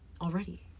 already